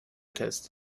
test